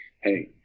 Hey